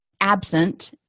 absent